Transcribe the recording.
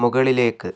മുകളിലേക്ക്